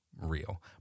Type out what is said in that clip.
real